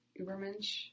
Ubermensch